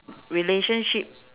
relationship